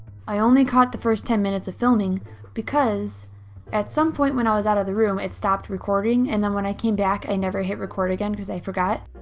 i only caught the first ten minutes of filming because at some point when i was out of the room it stopped recording, and then when i came back i never hit record again because i forgot.